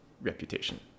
reputation